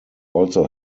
also